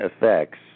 effects